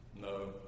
No